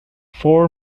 four